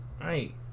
Right